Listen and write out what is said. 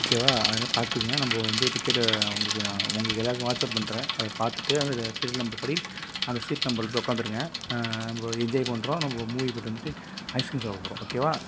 ஓகேவா அதெல்லாம் பார்த்துக்கங்க நம்ம வந்து டிக்கெட்டை உங்களுக்கு நான் உங்களுக்கு எல்லாேருக்கும் வாட்ஸப் பண்ணுறேன் அதை பார்த்துட்டு அந்தந்த சீரியல் நம்பர் படி அந்த சீட் நம்பரில் போய் உக்காந்துருங்க நம்ம என்ஜாய் பண்ணுறோம் நம்ம மூவி போய்விட்டு வந்துட்டு ஐஸ் க்ரீம் சாப்பிடப் போகிறோம் ஓகேவா